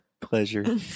Pleasure